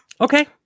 Okay